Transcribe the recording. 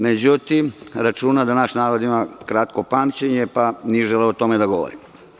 Međutim, računa da naš narod ima kratko pamćenje, pa nije želeo da o tome govori.